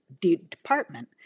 department